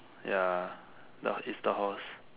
ya the is the horse